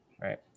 right